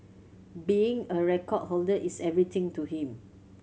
being a record holder is everything to him